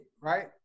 right